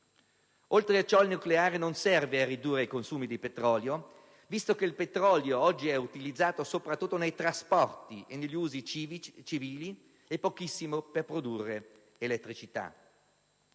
Oltre a ciò, il nucleare non serve a ridurre i consumi di petrolio, visto che il petrolio oggi è utilizzato soprattutto nei trasporti e negli usi civili, e pochissimo per produrre elettricità.